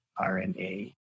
RNA